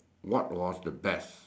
what was the best